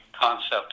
concept